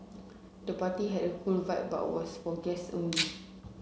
the party had a cool vibe but was for guests only